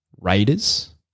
raiders